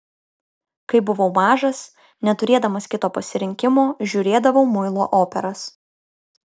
kai buvau mažas neturėdamas kito pasirinkimo žiūrėdavau muilo operas